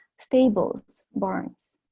stables, barns